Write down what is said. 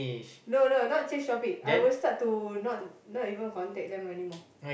no no not change topic I would start to not not even contact them anymore